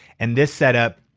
and this set up,